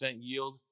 yield